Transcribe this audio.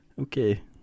Okay